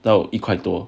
到一块多